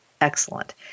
excellent